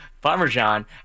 Parmesan